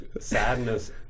sadness